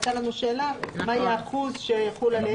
הייתה לנו שאלה: מה הוא האחוז שיחול עליהם?